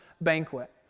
banquet